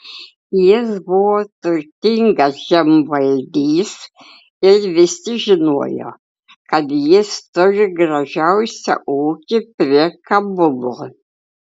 jis buvo turtingas žemvaldys ir visi žinojo kad jis turi gražiausią ūkį prie kabulo